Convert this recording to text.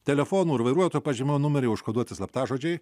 telefonų ir vairuotojo pažymėjimo numeriai užkoduoti slaptažodžiai